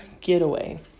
getaway